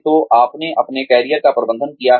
तो आपने अपने करियर का प्रबंधन किया है